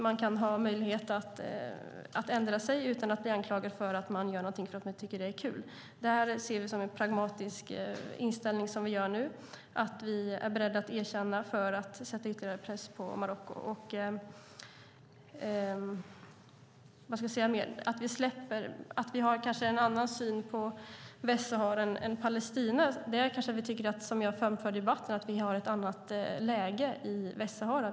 Man kan ha möjlighet att ändra sig utan att bli anklagad för att man gör någonting för att man tycker att det är kul. Vi ser det som en pragmatisk inställning att vi är beredda att erkänna för att sätta ytterligare press på Marocko. Vi har kanske en annan syn på Västsahara än Palestina. Som jag framförde i debatten har vi ett annat läge i Västsahara.